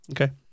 Okay